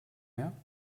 meer